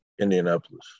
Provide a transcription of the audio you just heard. Indianapolis